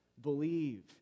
believe